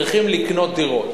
צריכים לקנות דירות.